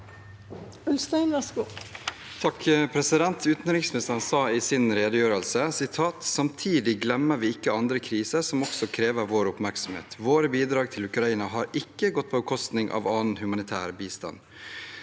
Ulstein (KrF) Utenriksministeren sa i sin redegjørelse: «Samtidig glemmer vi ikke andre kriser som også krever vår oppmerksomhet. Våre bidrag til Ukraina har ikke gått på bekostning av annen humanitær bistand.»